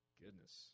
goodness